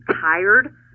tired